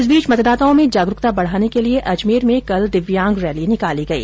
इस बीच मतदाताओं में जागरूकता बढाने के लिए अजमेर में कल दिव्यांगजन रैली निकाली गई